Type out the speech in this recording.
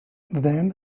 then